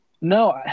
No